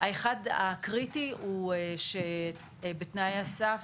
האחד הקריטי בתנאי הסף,